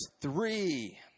three